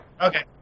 Okay